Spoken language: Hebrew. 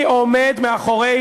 מי עומד מאחורי,